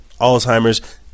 Alzheimer's